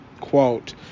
Quote